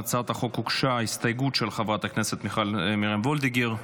להצעת החוק הוגשה הסתייגות של חברת הכנסת מיכל מרים וולדיגר.